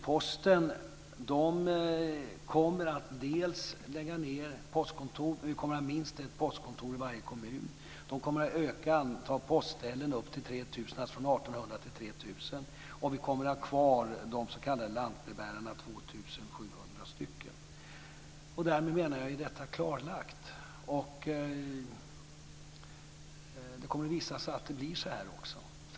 Posten kommer att lägga ned postkontor, men vi kommer att ha minst ett postkontor i varje kommun. Man kommer att öka antalet postställen från 1 800 till 3 000, och vi kommer att ha kvar 2 700 s.k. lantbrevbärare. Därmed, menar jag, är detta klarlagt. Det kommer att visa sig att det blir så här också.